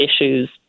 issues